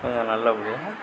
கொஞ்சம் நல்ல படியாக